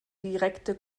direkte